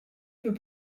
peut